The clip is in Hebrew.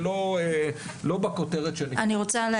ולא בכותרת שנכתבה.